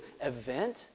event